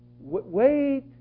Wait